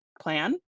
plan